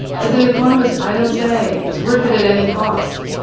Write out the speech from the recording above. as an economist, i don't say it's worth it at any cost.